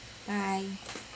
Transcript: bye